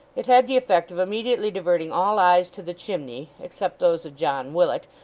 it had the effect of immediately diverting all eyes to the chimney, except those of john willet,